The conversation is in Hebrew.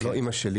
לא אימא שלי,